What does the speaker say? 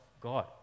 God